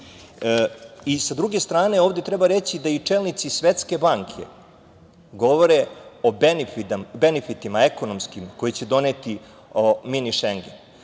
EU.Sa druge strane, ovde treba reći da i čelnici Svetske banke govore o benefitima ekonomskim koji će doneti mini šengen.